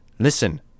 Listen